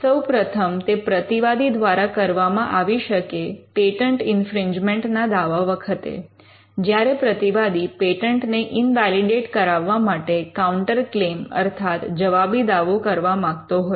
સૌપ્રથમ તે પ્રતિવાદી દ્વારા કરવામાં આવી શકે પેટન્ટ ઇન્ફ્રિંજમેન્ટ ના દાવા વખતે જ્યારે પ્રતિવાદી પેટન્ટને ઇન્વૅલિડેટ કરાવવા માટે કાઉંટર ક્લેમ અર્થાત જવાબી દાવો કરવા માગતો હોય